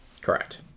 Correct